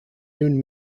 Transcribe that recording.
noon